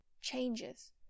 changes